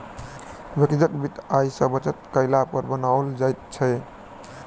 व्यक्तिगत वित्त आय सॅ बचत कयला पर बनाओल जाइत छै